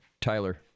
tyler